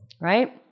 Right